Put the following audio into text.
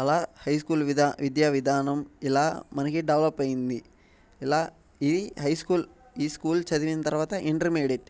అలా high school విదా విద్యావిధానం ఇలా మనకు డెవలప్ అయ్యింది ఇలా ఈ హై స్కూల్ ఈ స్కూల్ చదివిన తర్వాత ఇంటర్మీడియేట్